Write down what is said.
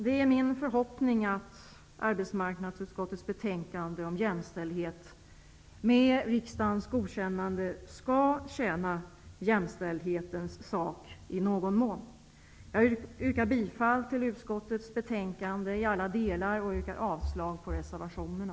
Det är min förhoppning att arbetsmarknadsutskottets betänkande om jämställdhet, med riksdagens godkännande, i någon mån skall tjäna jämställdhetens sak. Jag yrkar bifall till utskottets hemställan i alla delar och yrkar avslag på reservationerna.